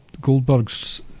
Goldberg's